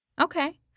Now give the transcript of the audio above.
Okay